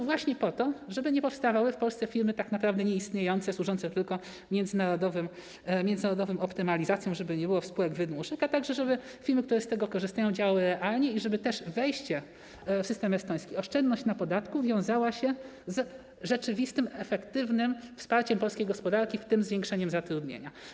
Właśnie po to, żeby nie powstawały w Polsce firmy tak naprawdę nieistniejące, służące tylko międzynarodowym optymalizacjom, żeby nie było spółek wydmuszek, a także, żeby firmy, które z tego korzystają, działały realnie i żeby wejście w system estoński, oszczędność na podatku wiązała się z rzeczywistym, efektywnym wsparciem polskiej gospodarki, w tym zwiększeniem zatrudnienia.